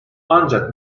ancak